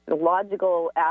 logical